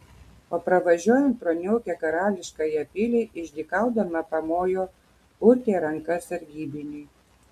o pravažiuojant pro niaukią karališkąją pilį išdykaudama pamojo urtė ranka sargybiniui